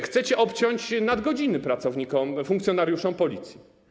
Chcecie obciąć nadgodziny pracownikom, funkcjonariuszom Policji.